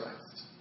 Christ